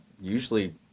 usually